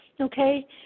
okay